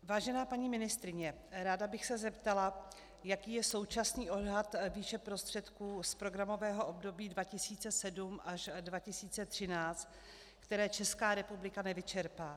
Vážená paní ministryně, ráda bych se zeptala, jaký je současný odhad výše prostředků z programového období 2007 až 2013, které Česká republika nevyčerpá.